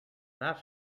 that